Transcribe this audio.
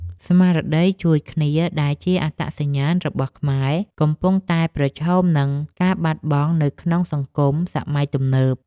ស្មារតីជួយគ្នាដែលជាអត្តសញ្ញាណរបស់ខ្មែរកំពុងតែប្រឈមនឹងការបាត់បង់នៅក្នុងសង្គមសម័យទំនើប។